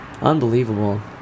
unbelievable